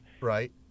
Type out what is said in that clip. Right